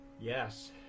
Yes